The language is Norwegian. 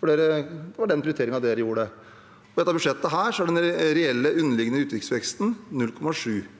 det var den prioriteringen de gjorde. Med dette budsjettet er den reelle underliggende utgiftsveksten 0,7 pst.,